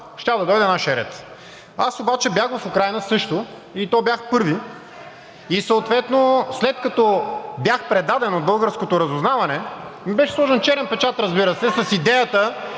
щял да дойде нашият ред. Аз обаче бях в Украйна също, и то бях първи, и съответно след като бях предаден от българското разузнаване, ми беше сложен черен печат, разбира се, с идеята,